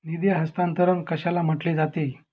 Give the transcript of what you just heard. निधी हस्तांतरण कशाला म्हटले जाते?